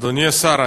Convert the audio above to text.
אדוני השר,